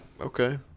okay